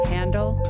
Handle